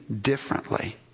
differently